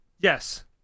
Yes